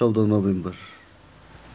चौध नोभेम्बर